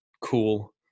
cool